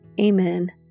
amen